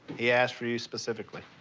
he asked for you specifically.